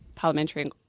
Parliamentary